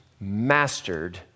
mastered